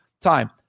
time